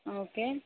okay